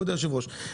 כבוד היושב-ראש,